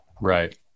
right